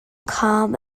calm